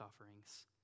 offerings